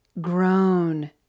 grown